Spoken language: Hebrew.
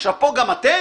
עכשיו פה גם אתם?